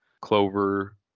clover